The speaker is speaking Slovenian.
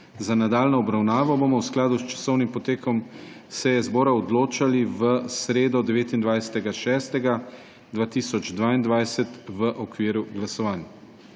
za nadaljnjo obravnavo, bomo v skladu s časovnim potekom seje zbora odločali v sredo, 29. 6. 2022, v okviru glasovanj.